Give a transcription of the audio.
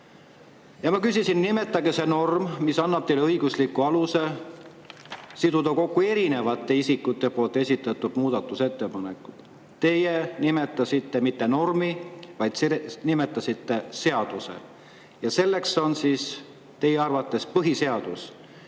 ja ma küsisin: nimetage see norm, mis annab teile õigusliku aluse siduda kokku erinevate isikute esitatud muudatusettepanekud. Te ei nimetanud mitte normi, vaid nimetasite seaduse, ja selleks on teie arvates põhiseadus.